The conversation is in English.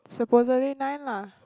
supposedly nine lah